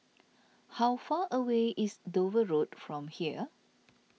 how far away is Dover Road from here